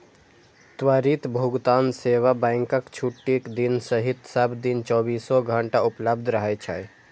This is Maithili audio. त्वरित भुगतान सेवा बैंकक छुट्टीक दिन सहित सब दिन चौबीसो घंटा उपलब्ध रहै छै